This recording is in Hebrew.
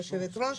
יושבת הראש.